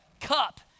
cup